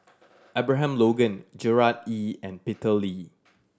Abraham Logan Gerard Ee and Peter Lee